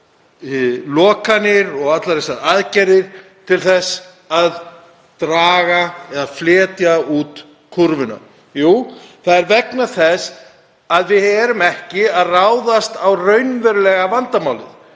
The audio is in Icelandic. lokanir og allar þessar aðgerðir til þess að fletja út kúrfuna. Jú, það er vegna þess að við erum ekki að ráðast á raunverulega vandamálið,